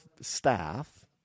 staff